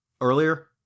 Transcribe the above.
earlier